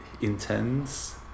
intense